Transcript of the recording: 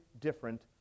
different